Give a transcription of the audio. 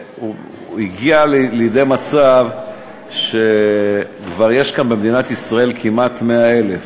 שהגיע למצב שכבר יש כאן במדינת ישראל כמעט 100,000,